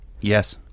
yes